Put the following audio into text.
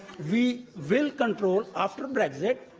we will control, after brexit,